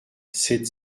sept